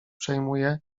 przejmuje